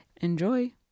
Enjoy